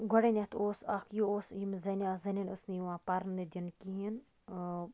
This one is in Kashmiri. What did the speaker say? گۄڈٕنیٹھ اوس اکھ یہِ اوس یِم زَنہِ آسہٕ زَنین اوس نہٕ یِوان پرنہٕ دِن کِہینۍ نہٕ